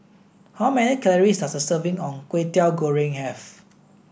how many calories does a serving of Kwetiau Goreng have